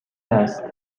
است